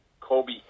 Kobe